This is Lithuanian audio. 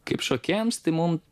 kaip šokėjams tai mum